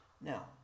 Now